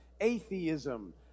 atheism